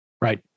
Right